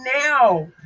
now